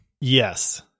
Yes